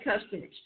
customers